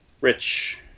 Rich